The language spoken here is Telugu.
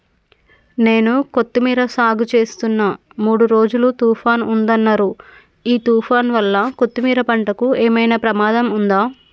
నేను కొత్తిమీర సాగుచేస్తున్న మూడు రోజులు తుఫాన్ ఉందన్నరు ఈ తుఫాన్ వల్ల కొత్తిమీర పంటకు ఏమైనా ప్రమాదం ఉందా?